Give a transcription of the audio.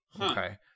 Okay